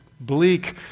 bleak